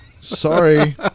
Sorry